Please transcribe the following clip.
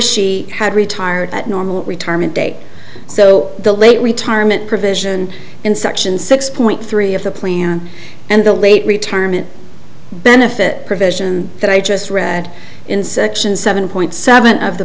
she had retired at a normal retirement date so the late retirement provision in section six point three of the plan and the late retirement benefit provision that i just read in section seven point seven of the